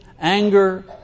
anger